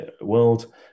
world